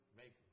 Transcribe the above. make